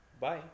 Bye